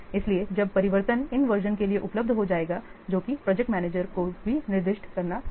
इसलिए जब परिवर्तन इन वर्जन के लिए उपलब्ध हो जाएगा जो कि प्रोजेक्ट मैनेजर को भी निर्दिष्ट करना होगा